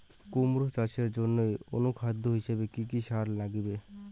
কুমড়া চাষের জইন্যে অনুখাদ্য হিসাবে কি কি সার লাগিবে?